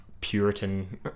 puritan